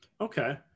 okay